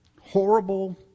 horrible